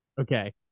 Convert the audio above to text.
Okay